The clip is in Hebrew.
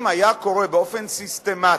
אם היה קורה באופן סיסטמטי,